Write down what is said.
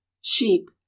Sheep